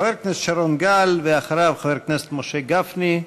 חבר הכנסת שרון גל, ואחריו, חבר הכנסת משה גפני.